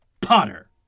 Potter